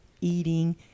eating